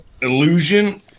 illusion